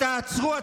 תעצרו.